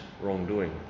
wrongdoing